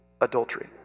adultery